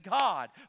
God